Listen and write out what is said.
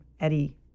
Eddie